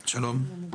שלום,